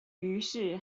于是